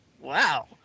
Wow